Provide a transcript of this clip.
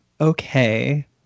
okay